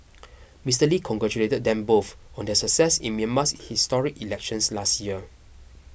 Mister Lee congratulated them both on their success in Myanmar's historic elections last year